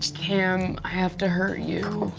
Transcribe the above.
cam, i have to hurt you.